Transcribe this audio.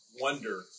wonder